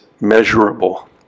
measurable